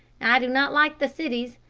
i do not like the cities.